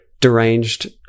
deranged